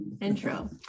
intro